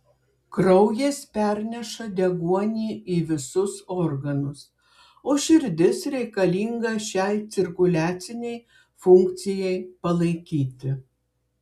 kraujas perneša deguonį į visus organus o širdis reikalinga šiai cirkuliacinei funkcijai palaikyti